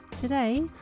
Today